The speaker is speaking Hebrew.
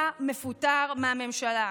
אתה מפוטר מהממשלה.